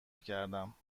کردم